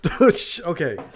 Okay